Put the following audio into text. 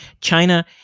China